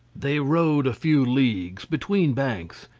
they rowed a few leagues, between banks,